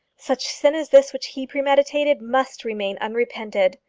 such sin as this which he premeditated must remain unrepented,